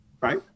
right